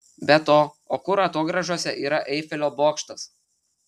be to o kur atogrąžose yra eifelio bokštas